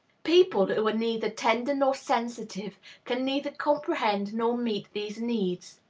people who are neither tender nor sensitive can neither comprehend nor meet these needs.